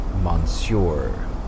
Monsieur